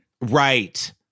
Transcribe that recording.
Right